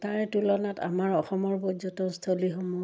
তাৰে তুলনাত আমাৰ অসমৰ পৰ্যটনস্থলীসমূহ